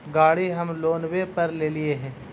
गाड़ी हम लोनवे पर लेलिऐ हे?